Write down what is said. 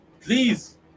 Please